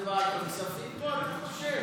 מה זה, ועדת הכספים פה, אתה חושב?